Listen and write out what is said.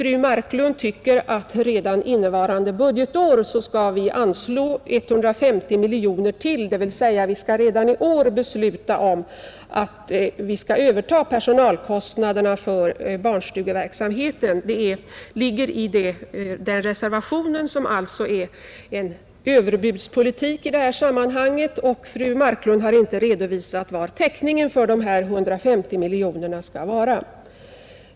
Fru Marklund anser emellertid att riksdagen redan innevarande budgetår skall anslå ytterligare 150 miljoner kronor, dvs. vi skall redan i år besluta om att staten skall överta dessa personalkostnader. Reservationen innebär alltså en överbudspolitik i detta sammanhang. Fru Marklund har inte redovisat var täckning för dessa 150 miljoner kronor skall tas.